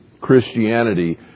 Christianity